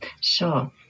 Sure